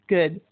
Good